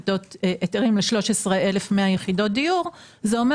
היתרים ל-13,100 יחידות דיור זה אומר